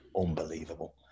unbelievable